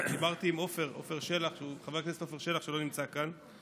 דיברתי עם חבר הכנסת עפר שלח, שלא נמצא כאן.